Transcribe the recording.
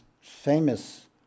famous